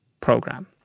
program